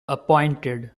appointed